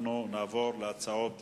עברה בקריאה ראשונה ותעבור לוועדת הפנים,